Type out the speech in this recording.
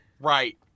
right